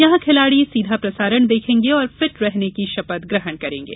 यहाँ खिलाड़ी सीधा प्रसारण देखेंगे और फिट रहने की शपथ ग्रहण करेंगे